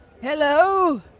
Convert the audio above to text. Hello